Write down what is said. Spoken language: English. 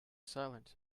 silent